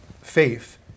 faith